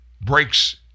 breaks